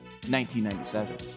1997